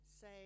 Say